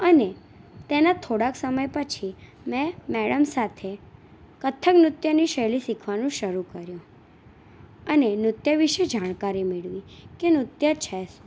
અને તેના થોડાક સમય પછી મેં મેડમ સાથે કથક નૃત્યની શૈલી શીખવાનું શરૂ કર્યું અને નૃત્ય વિશે જાણકારી મેળવી કે નૃત્ય છે શું